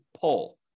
pull